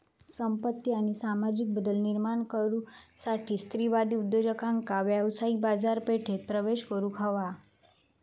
संपत्ती आणि सामाजिक बदल निर्माण करुसाठी स्त्रीवादी उद्योजकांका व्यावसायिक बाजारपेठेत प्रवेश करुक हवा